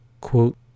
Quote